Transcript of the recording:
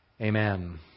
Amen